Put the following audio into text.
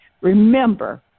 Remember